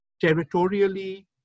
territorially